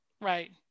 right